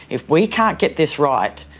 if we can'tget this right,